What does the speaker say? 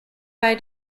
bei